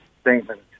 statement